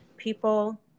people